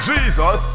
Jesus